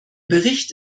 bericht